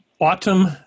Autumn